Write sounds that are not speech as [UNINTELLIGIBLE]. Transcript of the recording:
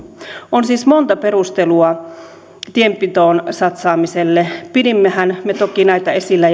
on siis monta perustelua tienpitoon satsaamiselle pidimmehän me toki näitä esillä [UNINTELLIGIBLE]